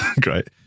Great